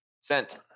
Sent